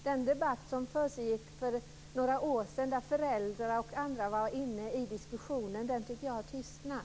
Den debatt som försiggick för några år sedan, där föräldrar och andra var med i diskussionen, har nämligen tystnat.